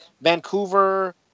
Vancouver